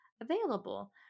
available